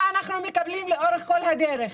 ומה אנחנו מקבלים לאורך כל הדרך?